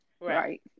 right